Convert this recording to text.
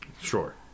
Sure